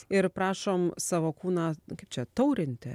ir prašom savo kūną kaip čia taurinti